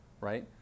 right